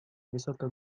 wysoka